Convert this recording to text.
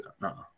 no